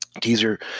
teaser